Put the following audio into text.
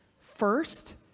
first